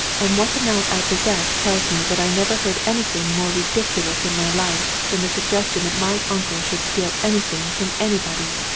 and what amount i possess tells me that i never heard anything more ridiculous in my life than the suggestion that my uncle should steal anything from anybody!